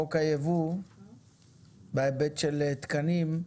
--- חוק היבוא בהיבט של תקנים.